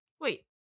Wait